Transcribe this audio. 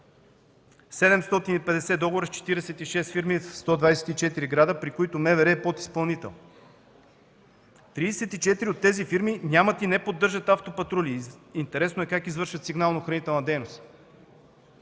договора с 46 фирми в 124 града, при които МВР е подизпълнител. Тридесет и четири от тези фирми нямат и не поддържат автопатрули. Интересно е как извършват сигнално-охранителна дейност.